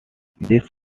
this